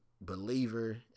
believer